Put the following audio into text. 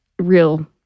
real